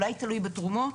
אולי תלוי בתרומה,